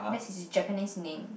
that's his Japanese name